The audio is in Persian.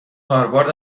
هاروارد